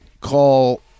call